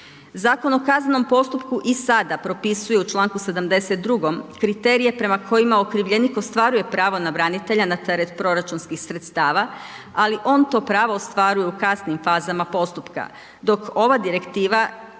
Zakon o kaznenom postupku i sada propisuje u članku 72. kriterije prema kojima okrivljenik ostvaruje pravo na branitelja na teret proračunskih sredstava ali on to pravo ostvaruje u kasnijim fazama postupka dok ova direktiva